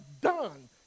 done